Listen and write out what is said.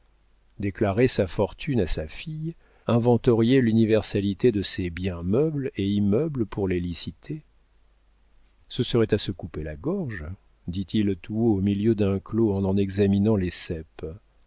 déclarer sa fortune à sa fille inventorier l'universalité de ses biens meubles et immeubles pour les liciter ce serait à se couper la gorge dit-il tout haut au milieu d'un clos en examinant les ceps